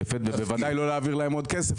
ובוודאי לא להעביר להם עוד כסף,